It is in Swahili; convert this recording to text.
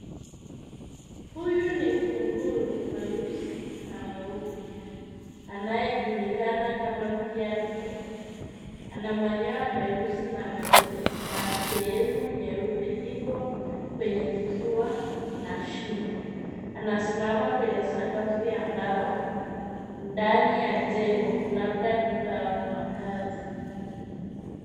Huyu ni kunguru mweusi na mweupe anayejulikana kama pied crow . Ana manyoya meusi na meupe na sehemu nyeupe iko kwenye kifua na shingo. Anasimama kwenye sakafu ya mbao ndani ya jengo labda duka au makazi.